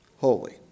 Holy